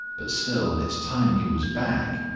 but still it's time he was back.